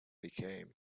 became